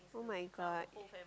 [oh]-my-god